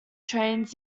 trains